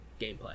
gameplay